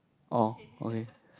orh okay